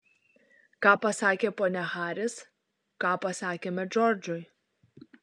ką pasakė ponia haris ką pasakėme džordžui